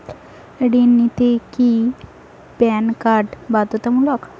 ঋণ নিতে কি প্যান কার্ড বাধ্যতামূলক?